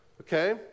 okay